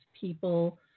people